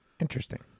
Interesting